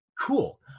Cool